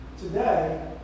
Today